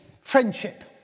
Friendship